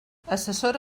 assessora